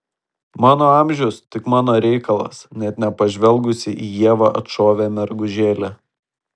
mano amžius tik mano reikalas net nepažvelgusi į ievą atšovė mergužėlė